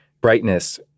brightness